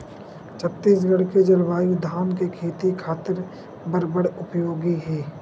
छत्तीसगढ़ के जलवायु धान के खेती खातिर बर बड़ उपयोगी हे